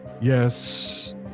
yes